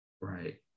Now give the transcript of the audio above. Right